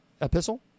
epistle